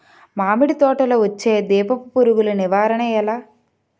మామిడి తోటలో వచ్చే దీపపు పురుగుల నివారణ ఎలా?